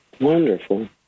Wonderful